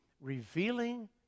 revealing